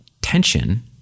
tension